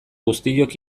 guztiok